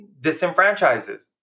disenfranchises